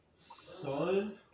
Son